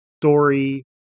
story